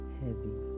heavy